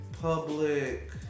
public